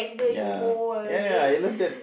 ya ya ya I love that